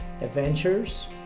adventures